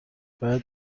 باید